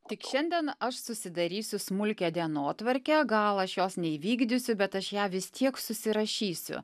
tik šiandien aš susidarysiu smulkią dienotvarkę gal aš jos neįvykdysiu bet aš ją vis tiek susirašysiu